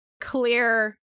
clear